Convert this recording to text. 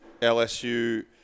LSU